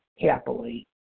happily